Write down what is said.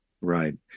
Right